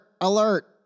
alert